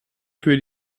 für